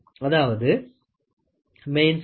அதாவது main scale reading 3